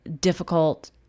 difficult